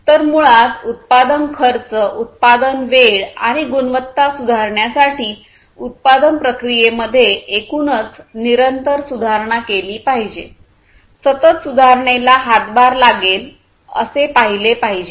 तर मुळात उत्पादन खर्च उत्पादन वेळ आणि गुणवत्ता सुधारण्यासाठी उत्पादन प्रक्रियेमध्ये एकूणच निरंतर सुधारणा केली पाहिजे सतत सुधारणेला हातभार लागेल असे पाहिले पाहिजे